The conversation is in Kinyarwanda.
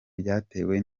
byatewe